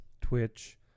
Twitch